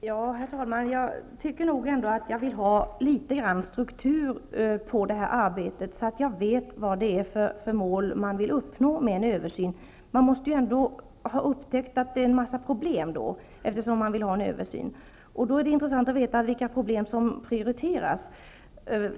Herr talman! Jag tycker nog ändå att jag vill veta litet grand om strukturen på detta arbete, så att jag vet vad det är för mål som regeringen vill uppnå med en översyn. Regeringen måste ändå ha upptäckt att det är en mängd problem, eftersom den vill göra en översyn. Då vore det intressant att få veta vilka problem som prioriteras.